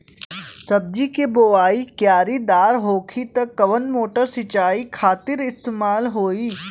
सब्जी के बोवाई क्यारी दार होखि त कवन मोटर सिंचाई खातिर इस्तेमाल होई?